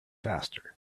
faster